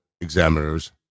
examiners